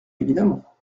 évidemment